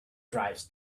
drives